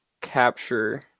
capture